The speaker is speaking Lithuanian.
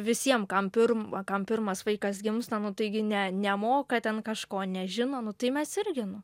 visiem kam pir kam pirmas vaikas gimsta nu taigi ne nemoka ten kažko nežino nu tai mes irgi nu